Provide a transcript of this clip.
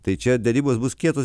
tai čia derybos bus kietos